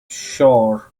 shore